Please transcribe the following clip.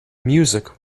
music